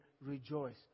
rejoice